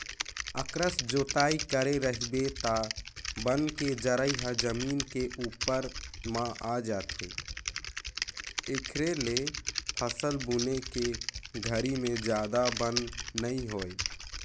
अकरस जोतई करे रहिबे त बन के जरई ह जमीन के उप्पर म आ जाथे, एखरे ले फसल बुने के घरी में जादा बन नइ होय